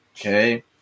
okay